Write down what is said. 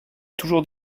toujours